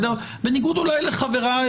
בניגוד אולי לחבריי,